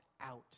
out